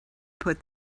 put